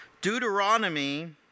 Deuteronomy